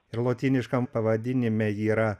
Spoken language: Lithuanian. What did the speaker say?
ir lotyniškam pavadinime yra